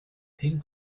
pink